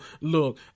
Look